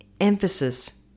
emphasis